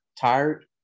Tired